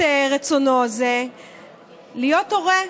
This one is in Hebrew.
לממש את רצונו זה להיות הורה,